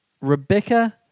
Rebecca